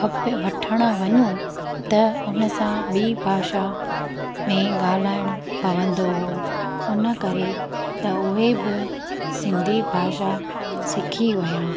खपे वठणु वञूं त उन सां ॿी भाषा में ॻाल्हाइणु पवंदो हो हुन करे त उहे बि सिंधी भाषा सिखी विया